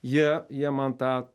jie jie man tą